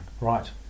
Right